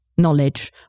knowledge